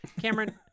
Cameron